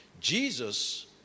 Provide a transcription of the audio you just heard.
Jesus